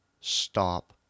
stop